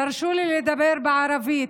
תרשו לי לדבר בערבית.